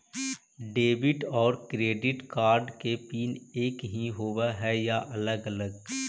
Debit और credit card के pin एकही होव हइ या अलग अलग?